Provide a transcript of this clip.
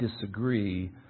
disagree